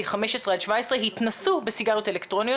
15 עד 17 התנסו בסיגריות אלקטרוניות,